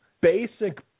basic